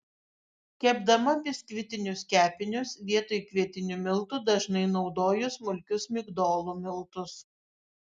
kepdama biskvitinius kepinius vietoj kvietinių miltų dažnai naudoju smulkius migdolų miltus